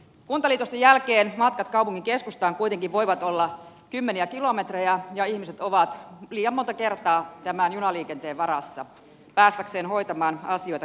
kuntaliitosten jälkeen matkat kaupungin keskustaan kuitenkin voivat olla kymmeniä kilometrejä ja ihmiset ovat liian monta kertaa tämän junaliikenteen varassa päästäkseen hoitamaan asioita keskustaan